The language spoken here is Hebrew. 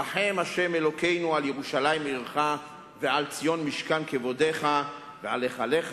רחם ה' אלוקינו על ירושלים עירך ועל ציון משכן כבודך ועל היכלך